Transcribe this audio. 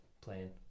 playing